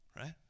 right